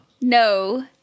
No